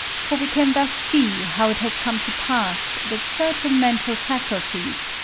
for we can thus see how it has come to pass that certain mental faculties,